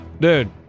Dude